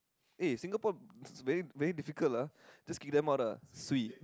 eh Singapore very very difficult lah just kick them out ah swee